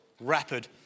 rapid